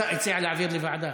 הציעו להעביר לוועדה.